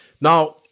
Now